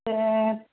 ते